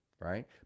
right